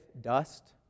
dust